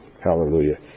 hallelujah